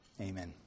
Amen